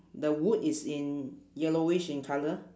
the wood is in yellowish in colour